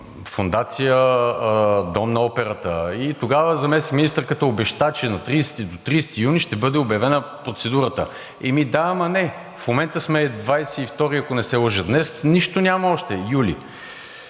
Фондация „Дом на операта“. И тогава заместник-министърката обеща, че на 30 юни ще бъде обявена процедурата. Еми да, ама не, в момента сме 22 юли, ако не се лъжа днес, нищо няма още. Все